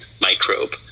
microbe